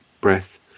breath